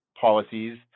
policies